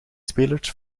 spelers